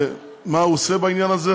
מה הוא עושה בעניין הזה.